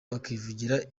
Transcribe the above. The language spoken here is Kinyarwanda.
bakivugira